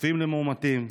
חשופים למאומתים.